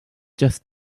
just